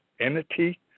entity